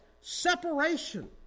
separation